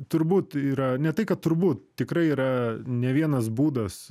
turbūt yra ne tai kad turbūt tikrai yra ne vienas būdas